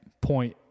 point